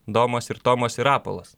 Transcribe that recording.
domas ir tomas ir rapolas